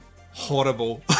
horrible